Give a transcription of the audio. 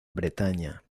bretaña